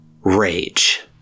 rage